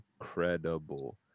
incredible